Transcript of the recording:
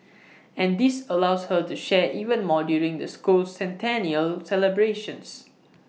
and this allows her to share even more during the school's centennial celebrations